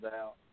out